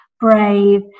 brave